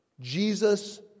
Jesus